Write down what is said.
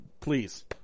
please